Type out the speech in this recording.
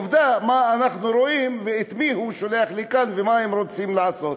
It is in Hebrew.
עובדה מה אנחנו רואים ואת מי הוא שולח לכאן ומה הם רוצים לעשות.